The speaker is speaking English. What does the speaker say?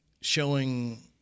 showing